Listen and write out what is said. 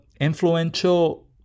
influential